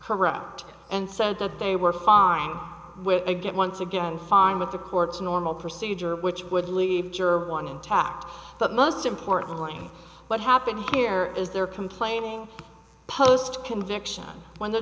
out and said that they were fine which again once again fine with the court's normal procedure which would leave juror one intact but most importantly what happened here is they're complaining post conviction when the